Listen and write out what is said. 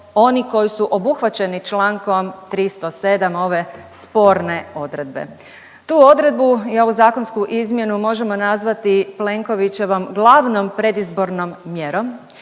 oni koji su obuhvaćeni Člankom 307. ove sporne odredbe. Tu odredbu i ovu zakonsku izmjenu možemo nazvati Plenkovićevom glavnom predizbornom mjerom